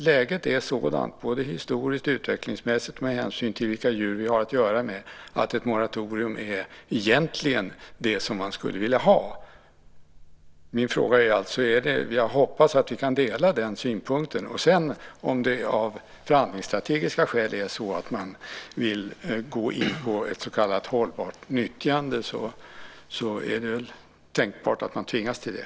Läget är sådant, både historiskt och utvecklingsmässigt med hänsyn till vilka djur vi har att göra med, att ett moratorium egentligen är det som man skulle vilja ha. Jag hoppas alltså att vi kan dela den synpunkten. Om det sedan av förhandlingsstrategiska skäl är så att man vill gå in på ett så kallat hållbart nyttjande, så är det väl tänkbart att man tvingas till det.